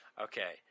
Okay